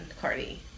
Cardi